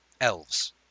elves